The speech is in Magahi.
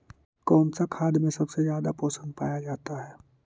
कौन सा खाद मे सबसे ज्यादा पोषण पाया जाता है?